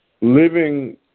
living